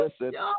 Listen